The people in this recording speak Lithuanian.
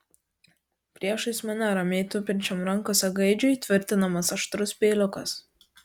priešais mane ramiai tupinčiam rankose gaidžiui tvirtinamas aštrus peiliukas